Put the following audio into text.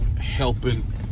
helping